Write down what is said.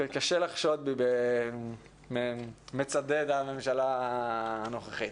קשה לחשוד בי כמצדד בממשלה הנוכחית.